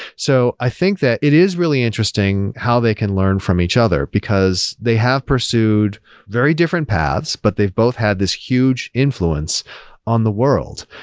so i think that it is really interesting how they can learn from each other, because they have pursued very different paths, but they've both had this huge influence on the world.